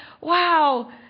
wow